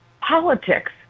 politics